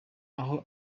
aho